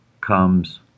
comes